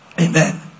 Amen